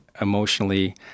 emotionally